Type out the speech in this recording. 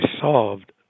solved